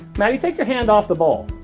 maddie take your hand off the ball